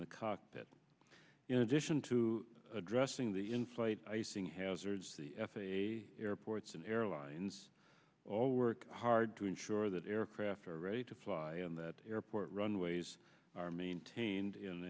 the cockpit in addition to addressing the in flight icing hazards the f a a airports and airlines all work hard to ensure that aircraft are ready to fly on that airport runways are maintained in